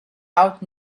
out